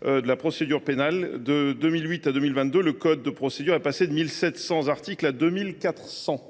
que la procédure pénale : de 2008 à 2022, le code de procédure pénale est passé de 1 700 articles à 2 400.